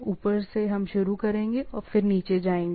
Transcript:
ऊपर से हम शुरू करेंगे और फिर नीचे जाएंगे